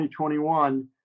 2021